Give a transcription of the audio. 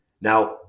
Now